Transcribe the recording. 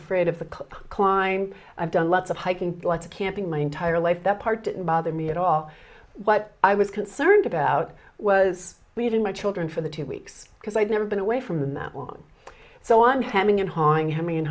afraid of the climb i've done lots of hiking like camping my entire life that part didn't bother me at all what i was concerned about was meeting my children for the two weeks because i'd never been away from that one so